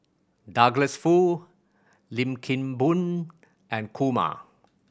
Douglas Foo Lim Kim Boon and Kumar